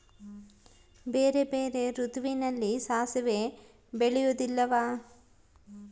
ಬೇರೆ ಬೇರೆ ಋತುವಿನಲ್ಲಿ ಸಾಸಿವೆ ಬೆಳೆಯುವುದಿಲ್ಲವಾ?